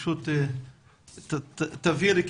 תבהירי,